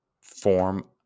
form